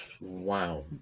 wow